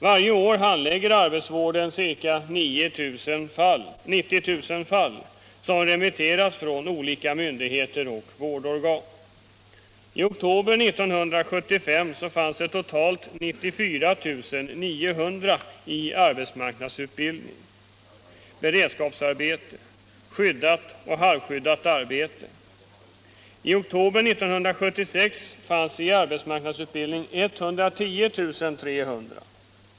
Varje år handlägger arbetsvården ca 90 000 fall som remitterats från olika myndigheter och vårdorgan. I oktober 1975 fanns det totalt 94 900 i arbetsmarknadsutbildning och beredskapsarbete samt i skyddat och halvskyddat arbete. I oktober 1976 fanns det 110 300 personer i arbetsmarknadsutbildning.